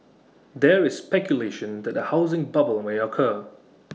there is speculation that A housing bubble may occur